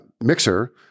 mixer